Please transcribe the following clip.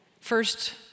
First